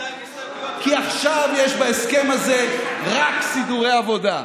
כי עכשיו יש בהסכם הזה רק סידורי עבודה.